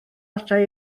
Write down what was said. adre